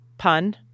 pun